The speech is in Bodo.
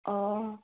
अ